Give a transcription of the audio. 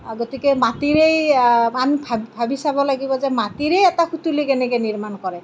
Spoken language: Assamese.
গতিকে মাটিৰেই কাম ভাবি চাব লাগিব যে মাটিৰে এটা সুতুলি কেনেকৈ নিৰ্মাণ কৰে